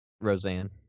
Roseanne